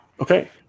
okay